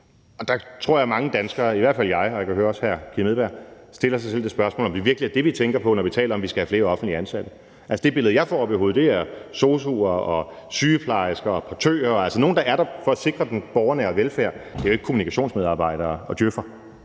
– det gør jeg i hvert fald, og det kan jeg også høre at hr. Kim Edberg Andersen gør – stiller sig selv det spørgsmål, om det virkelig er det, vi tænker på, når vi taler om, at vi skal have flere offentligt ansatte. Det billede, jeg får oppe i hovedet, er sosu'er, sygeplejersker og portører, altså nogle, der er der for at sikre den borgernære velfærd; det er jo ikke kommunikationsmedarbejdere og djøf'ere.